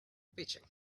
pitching